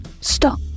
stop